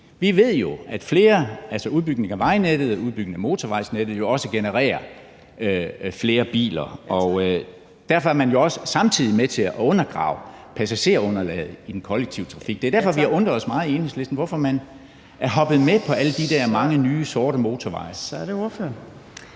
vi ved jo, at udbygning af vejnettet og udbygning af motorvejsnettet også genererer flere biler. Derfor er man jo samtidig med til at undergrave passagerunderlaget i den kollektive trafik. Det er derfor, vi i Enhedslisten har undret os meget over, hvorfor man er hoppet med på alle de der mange nye, sorte motorveje.